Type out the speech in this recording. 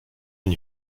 une